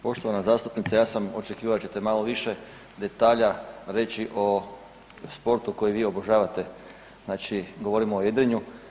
Poštovana zastupnice, ja sam očekivao da ćete malo više detalja reći o sportu koji vi obožavate, govorimo o jedrenju.